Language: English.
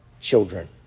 children